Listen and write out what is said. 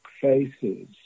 faces